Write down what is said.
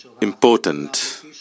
important